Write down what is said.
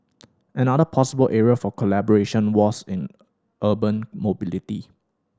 another possible area for collaboration was in urban mobility